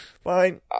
Fine